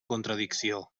contradicció